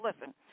listen